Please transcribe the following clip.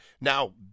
Now